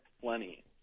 plenty